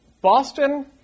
Boston